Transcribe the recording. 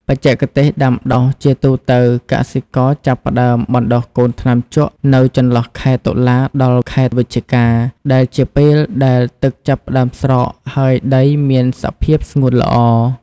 បច្ចេកទេសដាំដុះ ជាទូទៅ កសិករចាប់ផ្ដើមបណ្តុះកូនថ្នាំជក់នៅចន្លោះខែតុលាដល់ខែវិច្ឆិកា ដែលជាពេលដែលទឹកចាប់ផ្ដើមស្រកហើយដីមានសភាពស្ងួតល្អ។